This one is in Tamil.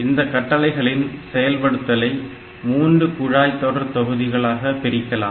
இந்த கட்டளைகளின் செயல்படுத்தலை 3 குழாய் தொடர் தொகுதிகளாக பிரிக்கலாம்